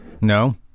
No